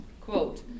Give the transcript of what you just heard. Quote